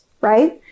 right